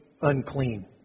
unclean